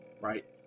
right